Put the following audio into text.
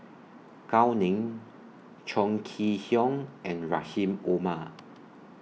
Gao Ning Chong Kee Hiong and Rahim Omar